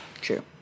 true